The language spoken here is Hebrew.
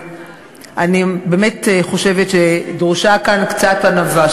אני באמת חושבת שדרושה כאן קצת ענווה.